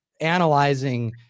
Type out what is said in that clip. analyzing